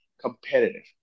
competitive